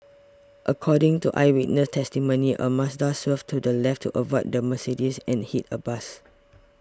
according to eyewitness testimony a Mazda swerved to the left to avoid the Mercedes and hit a bus